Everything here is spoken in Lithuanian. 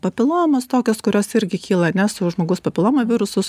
papilomos tokios kurios irgi kyla ane su žmogaus papiloma virusu